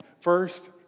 First